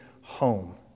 home